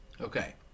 Okay